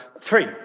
three